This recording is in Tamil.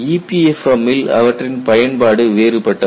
EPFM ல் அவற்றின் பயன்பாடு வேறுபட்டது